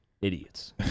idiots